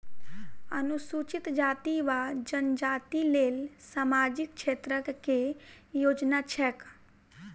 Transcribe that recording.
अनुसूचित जाति वा जनजाति लेल सामाजिक क्षेत्रक केँ योजना छैक?